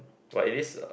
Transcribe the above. but it is a